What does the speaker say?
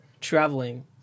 traveling